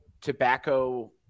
tobacco